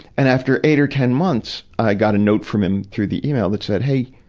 and after eight or ten months, i got a note from him through the email that said, hey.